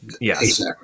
yes